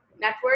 Network